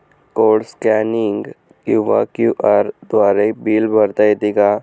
Code scanning किंवा QR द्वारे bill भरता येते का?